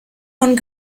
von